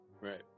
Right